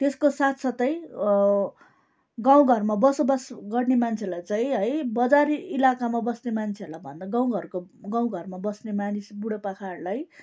त्यसको साथ साथै गाउँ घरमा बसोबासो गर्ने मान्छेहरूलाई चाहिँ है बजारी इलाकामा बस्ने मान्छेहरूलाई भन्दा गाउँ घरको गाउँ घरमा बस्ने मानिस बुढो पाकाहरूलाई